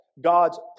God's